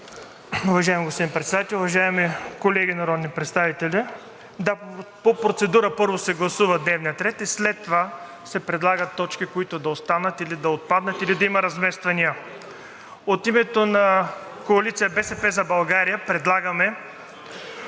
Уважаеми господин Председател, уважаеми колеги народни представители! Да, по процедура първо се гласува дневният ред и след това се предлагат точки, които да останат или да отпаднат, или да има размествания. От името на Коалиция „БСП за България“ предлагам т.